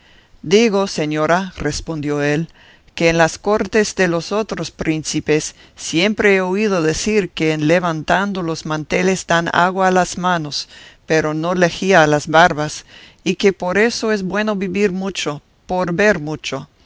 digo señora respondió él que en las cortes de los otros príncipes siempre he oído decir que en levantando los manteles dan agua a las manos pero no lejía a las barbas y que por eso es bueno vivir mucho por ver mucho